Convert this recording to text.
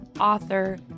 author